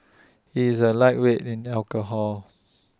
he is A lightweight in alcohol